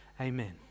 Amen